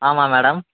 ஆமாம் மேடம்